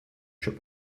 trip